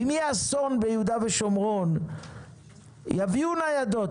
אם יהיה אסון ביהודה ושומרון יביאו ניידות.